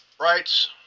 rights